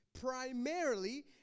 primarily